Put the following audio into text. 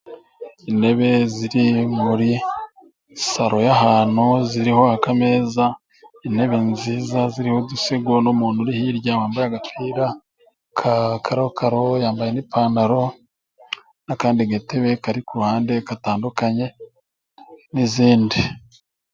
Intebe ziri muri salo y'ahantutu ziriho akameza. Intebe nziza ziririmo udusego n'umuntu uri hirya wambaye agapira ka karokaro yambaye n'ipantaro. Akandi gatebe kari kuruhande gatandukanye n'izindi.